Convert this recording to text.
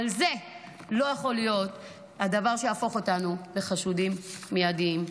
אבל זה לא יכול להיות דבר שיהפוך אותנו לחשודים מיידיים.